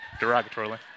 derogatorily